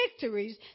victories